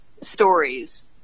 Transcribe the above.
stories